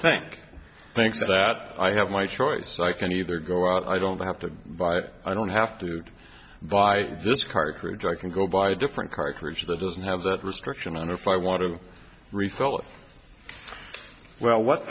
think think that i have my choice i can either go out i don't have to buy it i don't have to buy this cartridge i can go buy a different cartridge that doesn't have that restriction on if i want to resell it well what